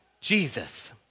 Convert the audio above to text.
Jesus